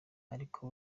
ariko